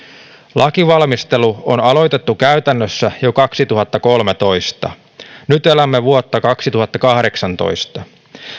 lainvalmistelu on aloitettu käytännössä jo kaksituhattakolmetoista nyt elämme vuotta kaksituhattakahdeksantoista